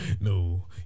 No